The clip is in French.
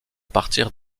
partir